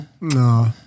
No